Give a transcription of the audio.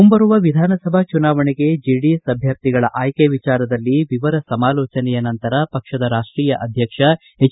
ಮುಂಬರುವ ವಿಧಾನಸಭಾ ಚುನಾವಣೆಗೆ ಜೆಡಿಎಸ್ ಅಭ್ವರ್ಥಿಗಳ ಆಯ್ಕೆ ವಿಚಾರದಲ್ಲಿ ವಿವರ ಸಮಾಲೋಚನೆಯ ನಂತರ ಪಕ್ಷದ ರಾಷ್ಟೀಯ ಅಧ್ಯಕ್ಷ ಎಚ್